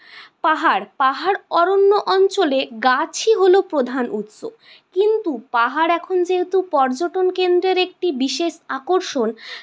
পাহাড় পাহাড় অরণ্য অঞ্চলে গাছই হলো প্রধান উৎস কিন্তু পাহাড় এখন যেহেতু পর্যটন কেন্দ্রের একটি বিশেষ আকর্ষণ